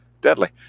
deadly